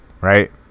right